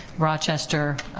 rochester,